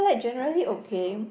successful